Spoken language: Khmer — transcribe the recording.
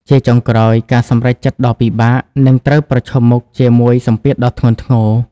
ជាចុងក្រោយ ការសម្រេចចិត្តដ៏ពិបាក នឹងត្រូវប្រឈមមុខជាមួយសម្ពាធដ៏ធ្ងន់ធ្ងរ។